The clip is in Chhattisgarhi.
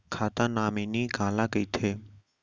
खाता नॉमिनी काला कइथे?